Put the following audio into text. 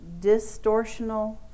distortional